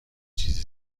چیزی